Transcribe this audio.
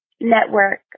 network